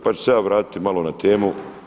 Pa ću se ja vratiti malo na temu.